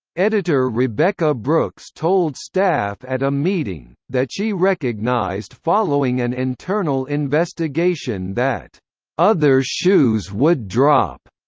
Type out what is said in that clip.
editor rebekah brooks told staff at a meeting, that she recognised following an internal investigation that other shoes would drop,